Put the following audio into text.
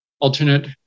alternate